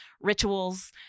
rituals